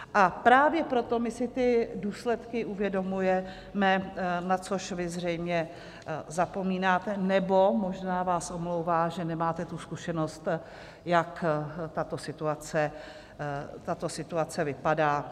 A právě proto my si ty důsledky uvědomujeme, na což vy zřejmě zapomínáte, nebo možná vás omlouvá, že nemáte zkušenost, jak tato situace vypadá.